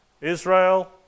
Israel